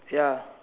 ya